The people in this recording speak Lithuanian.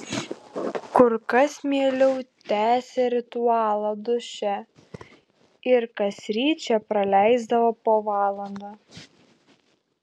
kur kas mieliau tęsė ritualą duše ir kasryt čia praleisdavo po valandą